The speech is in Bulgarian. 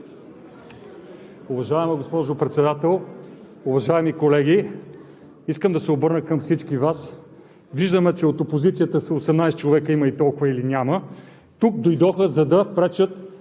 Уважаема госпожо Председател, уважаеми колеги! Искам да се обърна към всички Вас. Виждаме, че от опозицията сте 18 човека, има ли толкова, или няма… Тук дойдоха, за да пречат